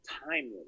timely